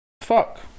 fuck